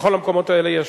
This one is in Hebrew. בכל המקומות האלה יש